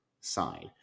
side